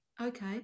Okay